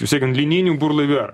visi grandininių burlaivių era